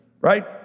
Right